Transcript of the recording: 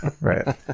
right